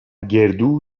گردو